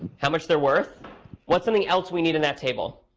how much they're worth what's something else we need in that table?